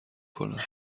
کنم